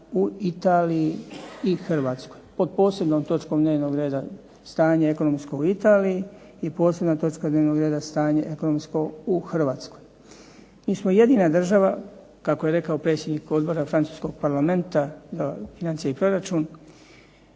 u Italiji i Hrvatskoj pod posebnom točkom dnevnog reda – stanje ekonomsko u Italiji i posebna točka dnevnog reda stanje ekonomsko u Hrvatskoj. Mi smo jedina država kako je rekao predsjednik odbora francuskog Parlamenta za financije i proračun